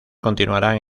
continuaron